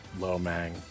Lomang